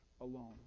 alone